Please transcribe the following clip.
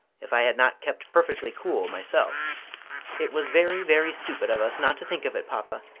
if i had not kept perfectly cool myself it was very, very stupid of us not to think of it, papa,